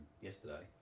yesterday